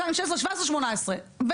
2017 2018,